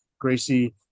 Gracie